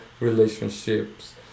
relationships